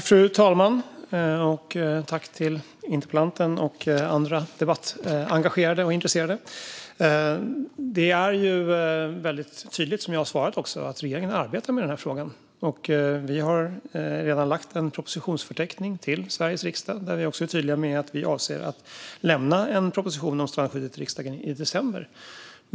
Fru talman! Jag tackar interpellanten och andra debattengagerade och intresserade. Som jag tydligt svarade arbetar regeringen med denna fråga. Vi har redan lagt fram en propositionsförteckning till riksdagen, och i den är vi tydliga med att vi avser att lämna en proposition om strandskyddet till riksdagen i december.